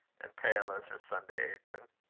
and pale as her sunday apron.